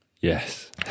Yes